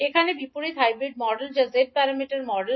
এখানে বিপরীত hybrid model যা z প্যারামিটার মডেল